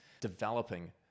developing